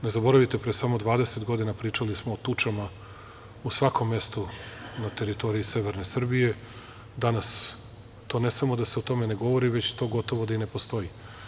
Ne zaboravite, pre samo dvadeset godina pričali smo o tučama u svakom mestu na teritoriji severne Srbije, danas, ne samo da se o tome ne govori, već to gotovo da i ne postoji.